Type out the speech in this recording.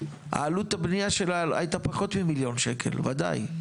עלות הבניה שלה הייתה פחות ממיליון שקל וודאי,